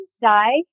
die